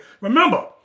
remember